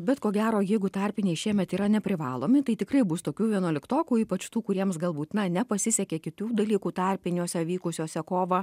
bet ko gero jeigu tarpiniai šiemet yra neprivalomi tai tikrai bus tokių vienuoliktokų ypač tų kuriems galbūt na nepasisekė kitų dalykų tarpiniuose vykusiuose kovą